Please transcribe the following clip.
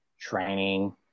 training